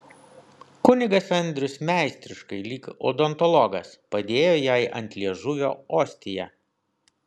kunigas andrius meistriškai lyg odontologas padėjo jai ant liežuvio ostiją